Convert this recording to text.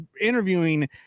interviewing